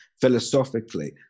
philosophically